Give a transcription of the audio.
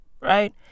right